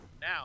now